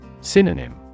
Synonym